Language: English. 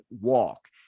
walk